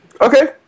Okay